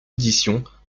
éditions